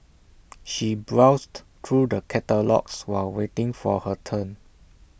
she browsed through the catalogues while waiting for her turn